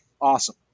Awesome